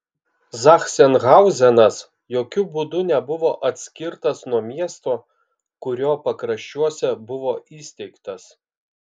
zachsenhauzenas jokiu būdu nebuvo atskirtas nuo miesto kurio pakraščiuose buvo įsteigtas